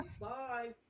Bye